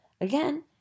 Again